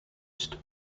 used